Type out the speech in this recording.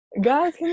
Guys